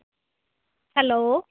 hello